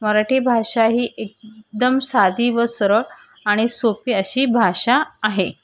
मराठी भाषा ही एकदम साधी व सरक आणि सोपी अशी भाषा आहे